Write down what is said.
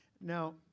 Now